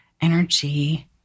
energy